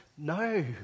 No